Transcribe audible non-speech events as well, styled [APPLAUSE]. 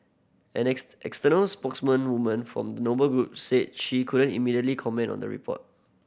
an [UNINTELLIGIBLE] external spokesmen woman for Noble Group said she couldn't immediately comment on the report